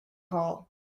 hall